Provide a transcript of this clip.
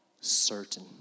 certain